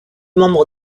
membre